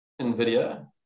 nvidia